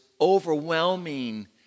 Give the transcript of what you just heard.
overwhelming